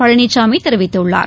பழனிசாமி தெரிவித்துள்ளார்